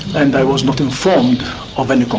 and i was not informed of any